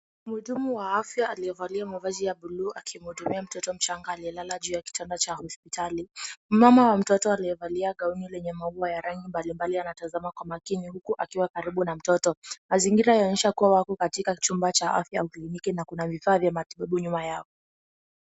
Mhudumu wa afya aliyevalia mavazi ya bulu akimhudumia mtoto mchanga aliyelala juu ya kitanda cha hospitali, mama wa mtoto aliyevalia gauni lenye mauwa ya rangi mbali mbali anatazama kwa makini huku akiwa karibu na mtoto, mazingira yaonyesha kuwa wako katika chumba cha afya ya kliniki na kuna vifaa vya matibabu nyuma yao.